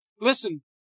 listen